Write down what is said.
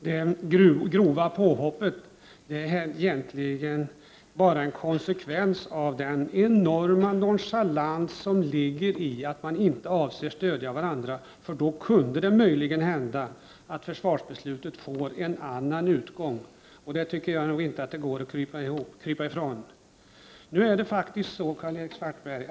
Herr talman! Det grova påhoppet är bara en konsekvens av den enorma nonchalans som ligger i att man inte på de olika länsbänkarna avser att stödja varandras krav. Då kunde det nämligen inträffa att det försvarsbeslut som vi nu skall fatta skulle se annorlunda ut än det var tänkt. Detta går det inte att krypa ifrån. Gör ändå följande experiment, Karl-Erik Svartberg.